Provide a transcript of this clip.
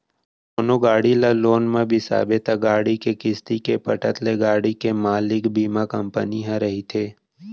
कोनो गाड़ी ल लोन म बिसाबे त गाड़ी के किस्ती के पटत ले गाड़ी के मालिक बीमा कंपनी ह रहिथे